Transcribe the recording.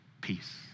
peace